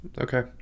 Okay